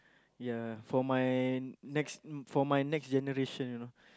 ya for my next for my next generation you know